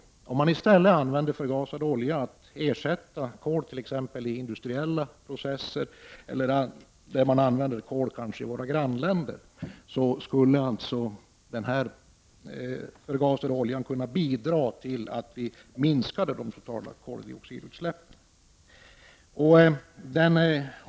Använder man i stället förgasad olja för att ersätta kol i industriella processer eller för att ersätta kol i våra grannländer, skulle detta kunna bidra till att minska de totala koldioxidutsläppen.